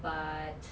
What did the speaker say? but